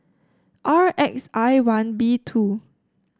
R X I one B two